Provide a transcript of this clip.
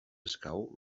escau